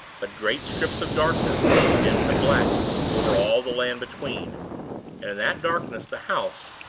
but great strips of darkness lay dense and black over all the land between and in that darkness the house,